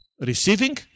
receiving